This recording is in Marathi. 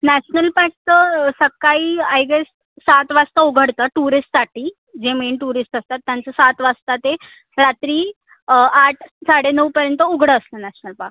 नॅशनल पार्कचं सकाळी आय गेस सात वाजता उघडतं टुरिस्टसाठी जे मेन टुरिस्ट असतात त्यांचं सात वाजता ते रात्री आठ साडे नऊपर्यंत उघडं असतं नॅशनल पार्क